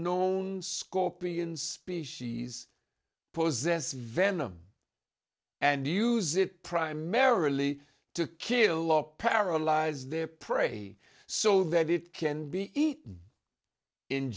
known scorpion species possess venom and use it primarily to kill a lot paralyze their prey so that it can be eaten in